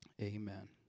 Amen